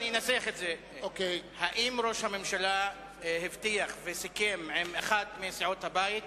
אני אנסח את זה: האם ראש הממשלה הבטיח וסיכם עם אחת מסיעות הבית